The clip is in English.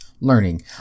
learning